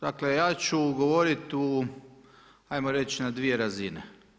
Dakle ja ću govoriti ajmo reći na dvije razine.